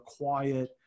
quiet